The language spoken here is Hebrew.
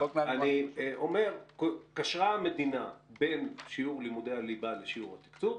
המדינה קשרה בין שיעור לימודי הליבה לשיעור התקצוב.